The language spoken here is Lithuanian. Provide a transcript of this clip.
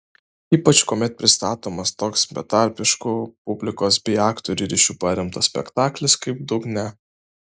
ypač kuomet pristatomas toks betarpišku publikos bei aktorių ryšiu paremtas spektaklis kaip dugne